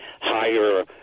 higher